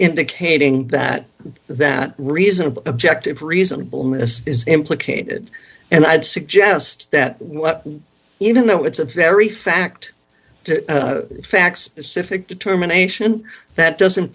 indicating that that reasonable objective reasonableness is implicated and i would suggest that even though it's a very fact facts sif it determination that doesn't